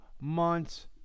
months